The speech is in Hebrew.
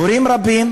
הורים רבים